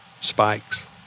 spikes